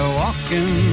walking